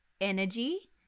energy